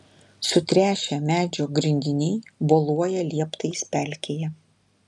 sutręšę medžio grindiniai boluoja lieptais pelkėje